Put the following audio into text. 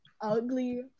ugly